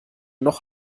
noch